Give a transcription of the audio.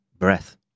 Breath